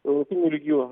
europiniu lygiu